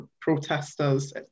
protesters